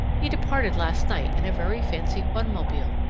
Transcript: he departed last night in a very fancy automobile,